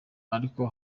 ariko